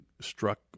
struck